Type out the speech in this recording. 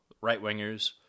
right-wingers